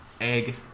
Egg